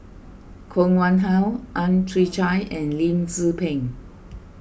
Koh Nguang How Ang Chwee Chai and Lim Tze Peng